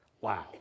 Wow